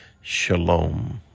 Shalom